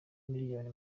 miliyoni